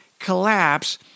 Collapse